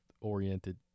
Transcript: oriented